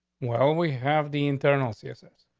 well, we have the internal ceases.